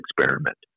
experiment